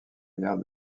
gare